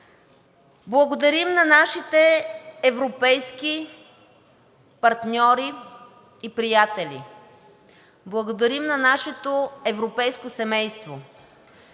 Благодарим на нашите европейски партньори и приятели. Благодарим на нашето европейско семейство,